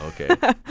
Okay